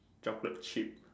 chocolate chip